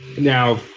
Now